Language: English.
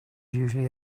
usually